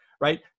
right